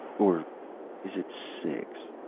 or is it six?